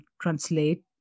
translate